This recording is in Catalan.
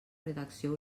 redacció